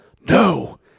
No